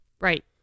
Right